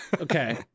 okay